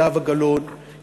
זהבה גלאון,